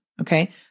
Okay